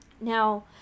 now